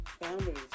boundaries